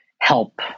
help